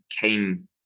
came